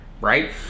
right